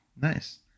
Nice